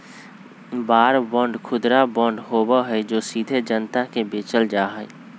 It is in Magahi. वॉर बांड खुदरा बांड होबा हई जो सीधे जनता के बेचल जा हई